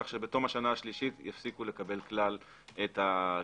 כך שבתום השנה השלישית יפסיקו לקבל כלל את הקצבה.